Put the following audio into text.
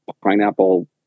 pineapple